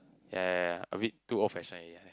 ya ya ya a bit too old fashioned already ah I